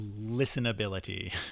listenability